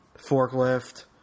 Forklift